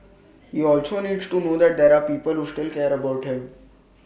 he also needs to know that there're people who still care about him